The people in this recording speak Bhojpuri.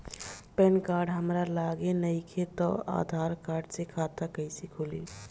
पैन कार्ड हमरा लगे नईखे त आधार कार्ड से खाता कैसे खुली?